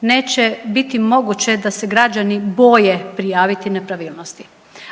neće biti moguće da se građani boje prijaviti nepravilnosti.